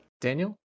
Daniel